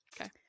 Okay